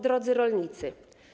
Drodzy Rolnicy!